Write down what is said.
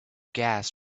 gas